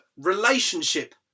relationship